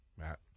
Matt